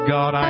God